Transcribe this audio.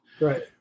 Right